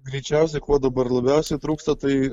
greičiausiai ko dabar labiausiai trūksta tai